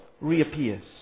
reappears